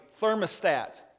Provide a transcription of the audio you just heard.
thermostat